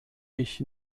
ich